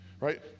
right